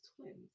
twins